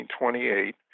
1928